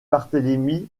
barthélemy